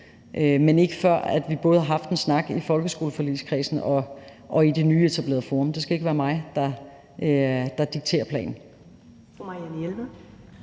men ikke før vi både har haft en snak i folkeskoleforligskredsen og i det nyetablerede forum. Det skal ikke være mig, der dikterer planen.